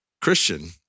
Christian